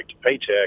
paycheck